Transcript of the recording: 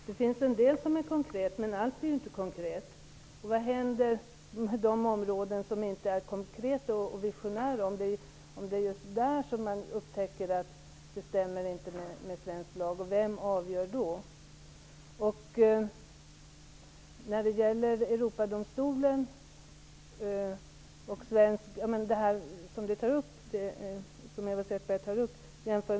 Fru talman! Det finns en del som är konkret, men allt är ju inte konkret. Vad händer med de områden som inte är konkreta, om det är just där man upptäcker att konventionen inte stämmer med svensk lag, och vem avgör då? Sedan till jämförelsen mellan Europadomstolen och svenska domstolar som Eva Zetterberg gör.